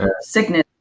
sickness